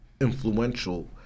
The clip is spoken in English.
influential